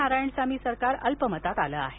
नारायणसामी सरकार अल्पमतात आलं आहे